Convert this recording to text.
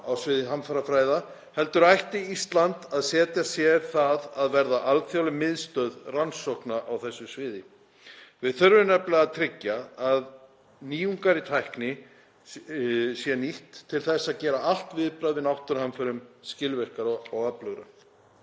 á sviði hamfarafræða heldur ætti Ísland að setja sér það að verða alþjóðleg miðstöð rannsókna á þessu sviði. Við þurfum nefnilega að tryggja að nýjungar í tækni séu nýttar til þess að gera allt viðbragð við náttúruhamförum skilvirkara og öflugra.